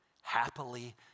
happily